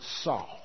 saw